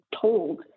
told